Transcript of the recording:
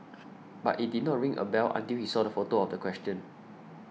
but it did not ring a bell until he saw the photo of the question